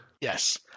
Yes